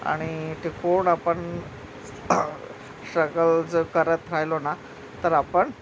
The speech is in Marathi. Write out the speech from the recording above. आणि टिकून आपण स्ट्रगल जर करत राहिलो ना तर आपण